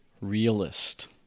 realist